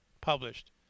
published